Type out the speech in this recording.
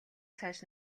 цааш